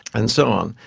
and so on.